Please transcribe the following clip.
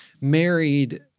married